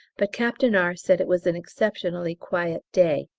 but captain r. said it was an exceptionally quiet day,